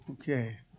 Okay